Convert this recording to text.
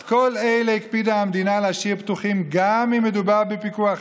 את כל אלה הקפידה המדינה להשאיר פתוחים גם אם מדובר בפיקוח נפש,